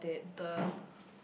the